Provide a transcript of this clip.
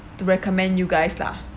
to recommend you guys lah